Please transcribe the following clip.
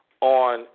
on